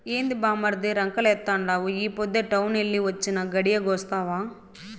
ఏంది బామ్మర్ది రంకెలేత్తండావు ఈ పొద్దే టౌనెల్లి వొచ్చినా, గడియాగొస్తావా